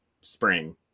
spring